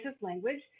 language